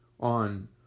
on